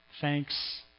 thanks